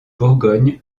bourgogne